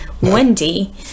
Wendy